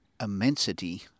immensity